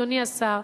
אדוני השר,